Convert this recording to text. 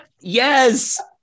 Yes